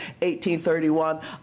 1831